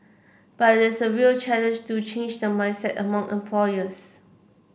but this a real challenge to change the mindset among employers